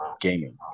gaming